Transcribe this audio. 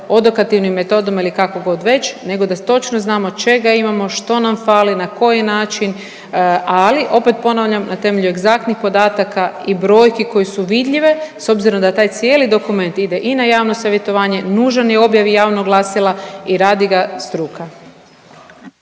odokativnim metodama ili kako god već nego da točno znamo čega imamo, što nam fali na koji način, ali opet ponavljam na temelju egzaktnih podataka i brojki koje su vidljive s obzirom da taj cijeli dokument ide i na javno savjetovanje, nužan je u objavi javnog glasila i radi ga struka.